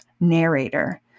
narrator